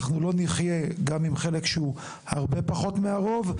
אנחנו לא נחיה גם עם חלק שהוא הרבה פחות מהרוב,